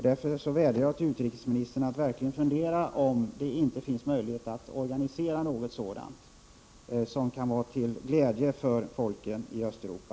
Därför vädjar till utrikesministern att verkligen fundera över om det inte finns möjlighet att organisera något sådant, till glädje för folken i Östeuropa.